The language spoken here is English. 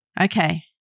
Okay